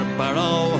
barrow